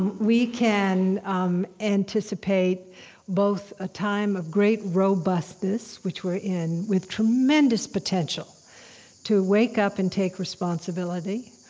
and we can um anticipate both a time of great robustness, which we're in, with tremendous potential to wake up and take responsibility,